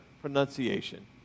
pronunciation